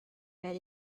had